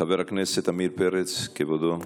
חבר הכנסת עמיר פרץ, כבודו.